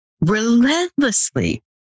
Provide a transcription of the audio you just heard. Relentlessly